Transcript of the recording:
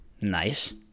Nice